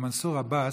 למנסור עבאס,